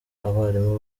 abarimu